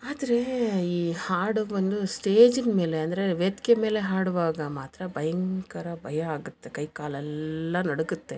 ಆದರೆ ಈ ಹಾಡೋದು ಒಂದು ಸ್ಟೇಜಿನ ಮೇಲೆ ಅಂದರೆ ವೇದಿಕೆ ಮೇಲೆ ಹಾಡುವಾಗ ಮಾತ್ರ ಭಯಂಕರ ಭಯ ಆಗತ್ತೆ ಕೈ ಕಾಲೆಲ್ಲ ನಡುಗುತ್ತೆ